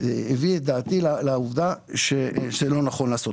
זה הביא את דעתי לעובדה שלא נכון לעשות.